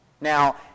Now